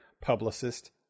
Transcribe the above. publicist